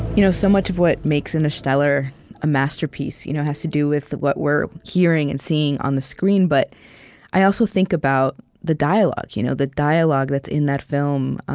you know so much of what makes interstellar a masterpiece you know has to do with what we're hearing and seeing on the screen, but i also think about the dialogue you know the dialogue that's in that film.